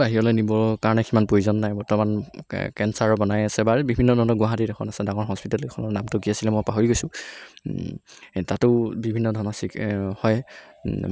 বাহিৰলৈ নিবৰ কাৰণে সিমান প্ৰয়োজন নাই বৰ্তমান ক কেন্সাৰৰ বনাই আছে আৰু বিভিন্ন ধৰণৰ গুৱাহাটীত এখন আছে ডাঙৰ হস্পিতাল সেইখনৰ মই নামটো কি আছিলে মই পাহৰি গৈছোঁ তাতো বিভিন্ন ধৰণৰ চি হয়